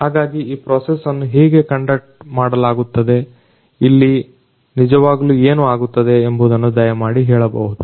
ಹಾಗಾಗಿ ಈ ಪ್ರೋಸೆಸ್ ಅನ್ನು ಹೇಗೆ ಕಂಡಕ್ಟ್ ಮಾಡಲಾಗುತ್ತದೆ ಇಲ್ಲಿ ನಿಜವಾಗಲೂ ಏನು ಆಗುತ್ತದೆ ಎಂಬುದನ್ನು ದಯಮಾಡಿ ಹೇಳಬಹುದಾ